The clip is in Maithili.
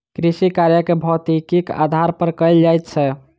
कृषिकार्य के भौतिकीक आधार पर कयल जाइत छै